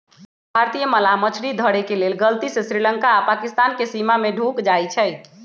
भारतीय मलाह मछरी धरे के लेल गलती से श्रीलंका आऽ पाकिस्तानके सीमा में ढुक जाइ छइ